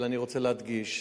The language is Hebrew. אבל אני רוצה להדגיש: